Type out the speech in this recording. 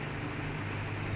okay